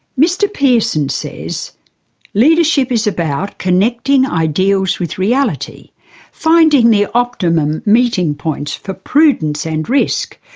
mr pearson says leadership is about connecting ideals with reality finding the optimum meeting points for prudence and risk,